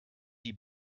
die